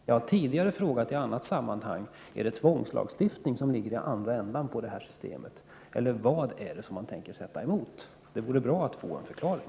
Jag har i tidigare sammanhang frågat om det är en tvångslagstiftning som ligger i andra änden av detta system? Eller vad tänker man sätta emot? Det vore bra att få en förklaring.